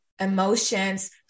emotions